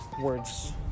words